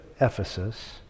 Ephesus